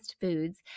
foods